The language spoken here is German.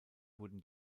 wurden